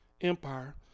Empire